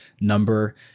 number